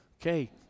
okay